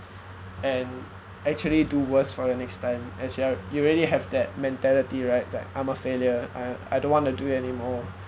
and actually do worse for your next time as you're you really have that mentality right that I'm a failure I I don't want to do it anymore